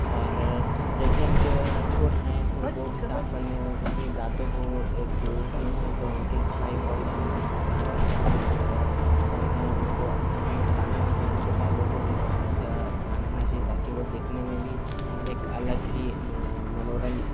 और जैसे उनके खुर हैं खुर को भी साफ़ करने चाहिए दाँतों को एक समय समय पर उनकी सफ़ाई होती रहनी चाहिए कान के साफ़ होने और समय समय पर उनको अच्छे से नहलाना भी चाहिए उनके बालों को भी बहुत अच्छा ध्यान रखना चाहिए ताकि वह दिखने में भी एक अलग ही मनोरम